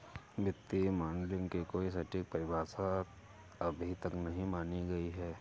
वित्तीय मॉडलिंग की कोई सटीक परिभाषा अभी तक नहीं मानी गयी है